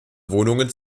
wohnungen